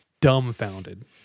dumbfounded